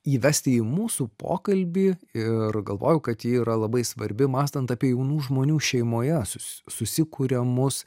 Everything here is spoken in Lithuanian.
įvesti į mūsų pokalbį ir galvoju kad ji yra labai svarbi mąstant apie jaunų žmonių šeimoje sus susikuriamus